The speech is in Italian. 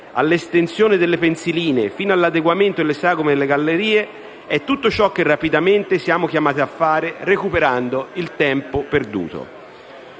all'estensione delle pensiline fino all'adeguamento delle sagome delle gallerie, è tutto ciò che rapidamente siamo chiamati a fare recuperando il tempo perduto.